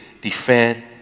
defend